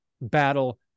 battle